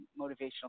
Motivational